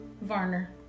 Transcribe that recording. Varner